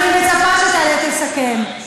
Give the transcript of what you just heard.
אני מצפה שתעלה, תסכם.